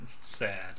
sad